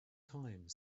time